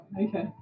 Okay